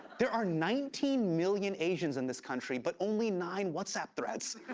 there are nineteen million asians in this country, but only nine whatsapp threads.